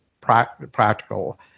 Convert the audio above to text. practical